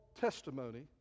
testimony